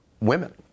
women